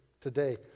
today